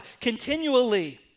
continually